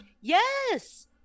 Yes